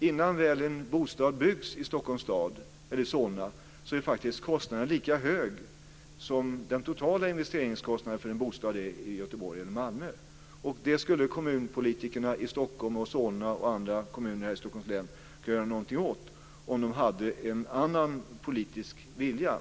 Innan en bostad väl byggs i Stockholms stad eller i Solna så är kostnaden faktiskt lika hög som den totala investeringskostnaden för en bostad i Göteborg eller Malmö. Det skulle kommunpolitikerna i Stockholm, Solna och andra kommuner här i Stockholms län kunna göra någonting åt om de hade en annan politisk vilja.